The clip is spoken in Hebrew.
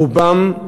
רובם,